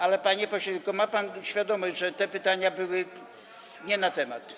Ale panie pośle, tylko ma pan świadomość, że te pytania były nie na temat?